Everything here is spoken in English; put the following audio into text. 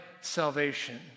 salvation